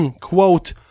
quote